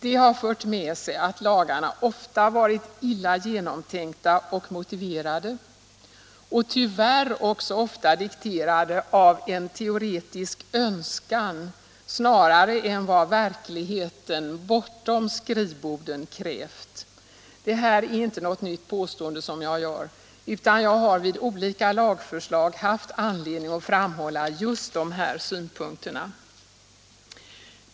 Det har fört med sig att lagarna ofta varit illa genomtänkta och illa motiverade och tyvärr också ofta dikterade av en teoretisk önskan snarare än av vad verkligheten bortom skrivborden krävt. Detta är inte något nytt påstående, utan jag har vid arbetet med olika lagförslag haft anledning att framhålla just dessa synpunkter.